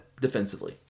defensively